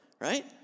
right